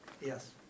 yes